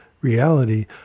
reality